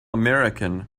american